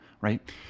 right